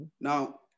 Now